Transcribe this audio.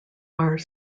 are